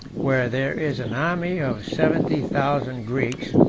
where there is an army of seventy thousand greeks,